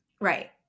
right